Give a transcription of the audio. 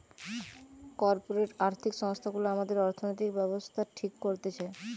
corporate আর্থিক সংস্থা গুলা আমাদের অর্থনৈতিক ব্যাবস্থা ঠিক করতেছে